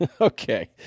Okay